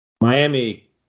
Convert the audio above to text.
Miami